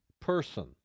person